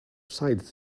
side